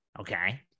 okay